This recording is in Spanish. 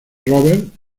robert